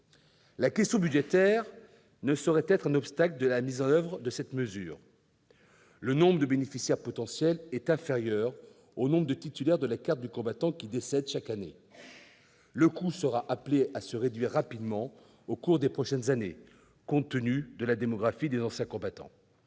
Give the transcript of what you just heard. La question budgétaire ne saurait être un obstacle à la mise en oeuvre de cette mesure. Le nombre de bénéficiaires potentiels est inférieur au nombre de titulaires de la carte du combattant qui décèdent chaque année. Le coût sera appelé à se réduire rapidement au cours des prochaines années, compte tenu de la démographie des anciens combattants.